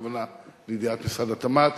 הכוונה לידיעת משרד התמ"ת,